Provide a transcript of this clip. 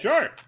Sure